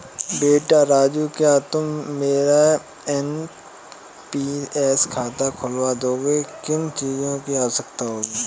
बेटा राजू क्या तुम मेरा एन.पी.एस खाता खुलवा दोगे, किन चीजों की आवश्यकता होगी?